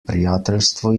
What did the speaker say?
prijateljstvo